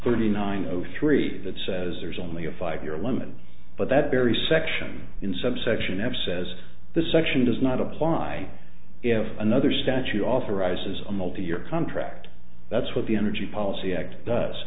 thirty nine zero three that says there's only a five year limit but that very section in subsection of says the section does not apply if another statue authorizes a multi year contract that's what the energy policy act does